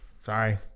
Sorry